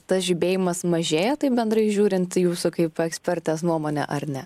tas žibėjimas mažėja tai bendrai žiūrint jūsų kaip ekspertės nuomone ar ne